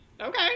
okay